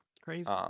Crazy